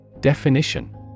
Definition